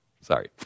Sorry